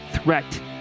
threat